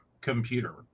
computer